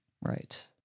right